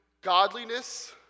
godliness